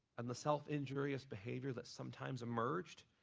and the self injurious behavior that sometimes emerged